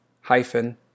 hyphen